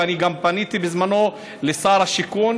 ואני גם פניתי בזמנו לשר השיכון: